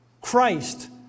Christ